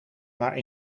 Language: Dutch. maar